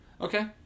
Okay